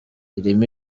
irimo